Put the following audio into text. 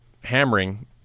hammering